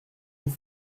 vous